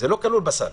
זה לא כלול בסל.